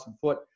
foot